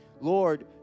Lord